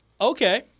Okay